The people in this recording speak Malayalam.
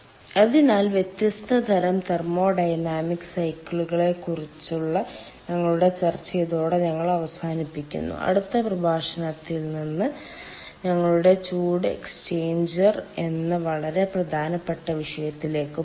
അതിനാൽ വ്യത്യസ്ത തരം തെർമോഡൈനാമിക് സൈക്കിളുകളെക്കുറിച്ചുള്ള ഞങ്ങളുടെ ചർച്ച ഇതോടെ ഞങ്ങൾ അവസാനിപ്പിക്കുന്നു അടുത്ത പ്രഭാഷണത്തിൽ നിന്ന് ഞങ്ങൾ ചൂട് എക്സ്ചേഞ്ചർ എന്ന വളരെ പ്രധാനപ്പെട്ട വിഷയത്തിലേക്ക് പോകും